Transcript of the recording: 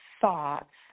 thoughts